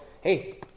hey